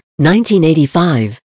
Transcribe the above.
1985